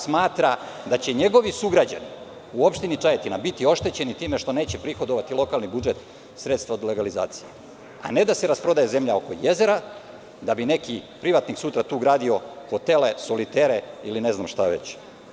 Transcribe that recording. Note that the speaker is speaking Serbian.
Smatra da će njegovi sugrađani u opštini Čajetina biti oštećeni time što neće prihodovati lokalni budžet sredstva od legalizacije, a ne da se rasprodaje zemlja oko jezera, da bi neki privatnik sutra tu gradio hotele, solitere ili ne znam šta već.